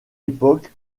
époque